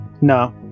No